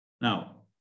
Now